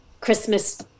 Christmas